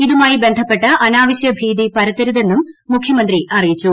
ഇതുമായി ബന്ധപ്പെട്ട് അനാവശ്യ ഭീതി പരത്തരുതെന്നും മുഖ്യമന്ത്രി അറിയിച്ചു